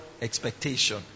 expectation